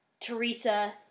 Teresa